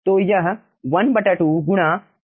तो यह ½ गुणा A गुणा fh हो जाता है